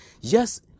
Yes